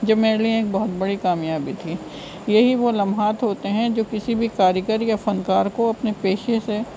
جو میرے لیے ایک بہت بڑی کامیابی تھی یہی وہ لمحات ہوتے ہیں جو کسی بھی کاری گر یا فنکار کو اپنے پیشے سے